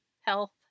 health